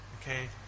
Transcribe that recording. okay